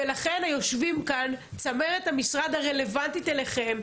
ולכן היושבים כאן הם צמרת המשרד הרלוונטית אליכם,